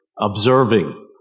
observing